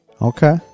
Okay